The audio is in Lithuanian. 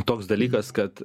toks dalykas kad